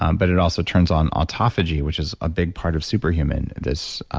um but it also turns on autophagy, which is a big part of superhuman, this